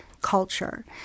Culture